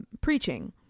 preaching